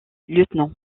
lieutenant